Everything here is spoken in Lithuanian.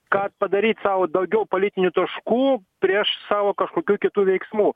kad padaryt sau daugiau politinių taškų prieš savo kažkokių kitų veiksmų